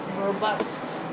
Robust